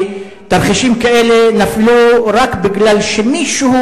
כי תרחישים כאלה נפלו רק בגלל שמישהו